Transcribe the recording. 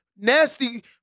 nasty